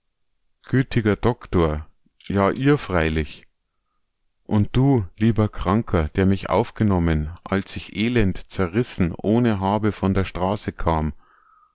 gütiger doktor ja ihr freilich und du lieber kranker der mich aufgenommen als ich elend zerrissen ohne habe von der straße kam